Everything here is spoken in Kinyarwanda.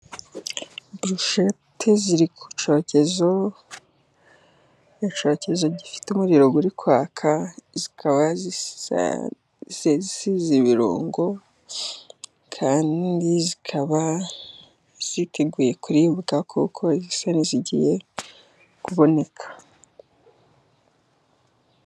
Brushete ziri ku cyokezo icyokezo gifite umuriro uri kwaka, zikaba zisize ibirungo kandi zikaba ziteguye kuribwa, kuko zisa n'izigiye kuboneka.